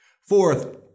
fourth